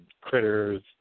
Critters